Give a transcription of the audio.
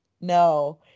no